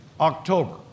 October